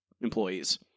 employees